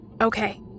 Okay